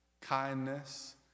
kindness